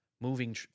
moving